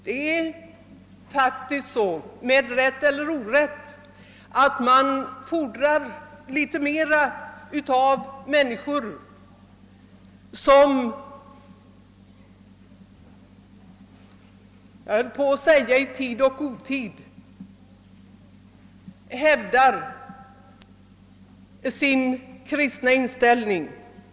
Det är faktiskt så att man — med rätt eller orätt — fordrar litet mer av människor som i tid och otid hävdar sin kristna inställning.